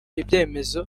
ibyemezo